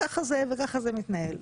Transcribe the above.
וככה זה בדרך כלל מתנהל.